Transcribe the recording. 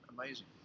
amazing